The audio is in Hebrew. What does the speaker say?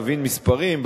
להביא מספרים,